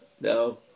no